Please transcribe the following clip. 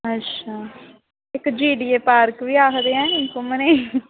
अच्छा इक JDA park बी आखदे न घूमने ई